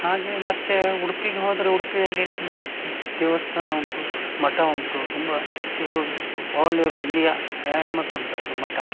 ಹಾಗೆ ಮತ್ತೆ ಉಡುಪಿಗೆ ಹೋದರೆ ಉಡುಪಿಯಲ್ಲಿ ತುಂಬ ದೇವಸ್ಥಾನ ಉಂಟು ಮಠ ಉಂಟು ತುಂಬ ಇವು ಆಲ್ ಓವರ್ ಇಂಡಿಯಾ ಫೇಮಸ್ ಉಂಟು ಅದು ಮಠ